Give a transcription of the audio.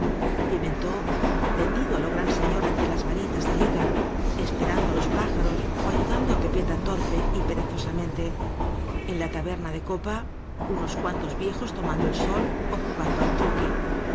pimentó tendido á lo gran señor ante las varitas de liga esperando á los pájaros ó ayudando á pepeta torpe y perezosamente en la taberna de copa unos cuantos viejos to mando el sol ó jugando al truque